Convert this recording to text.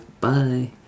Bye